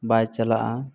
ᱵᱟᱭ ᱪᱟᱞᱟᱜᱼᱟ